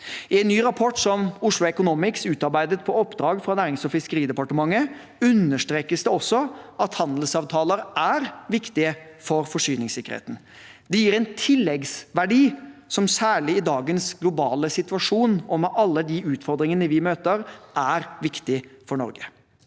I en ny rapport som Oslo Economics utarbeidet på oppdrag fra Nærings- og fiskeridepartementet, understrekes det også at handelsavtaler er viktige for forsyningssikkerheten. Det gir en tilleggsverdi som særlig i dagens globale situasjon og med alle de utfordringene vi møter, er viktig for Norge.